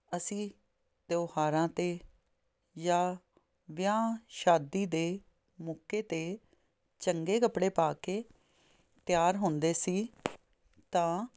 ਅਸੀਂ ਤਿਓਹਾਰਾਂ 'ਤੇ ਜਾਂ ਵਿਆਹ ਸ਼ਾਦੀ ਦੇ ਮੌਕੇ 'ਤੇ ਚੰਗੇ ਕੱਪੜੇ ਪਾ ਕੇ ਤਿਆਰ ਹੁੰਦੇ ਸੀ ਤਾਂ